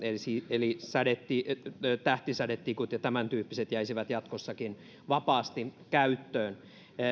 eli tähtisädetikut ja tämäntyyppiset jäisivät jatkossakin vapaasti käyttöön